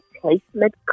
placement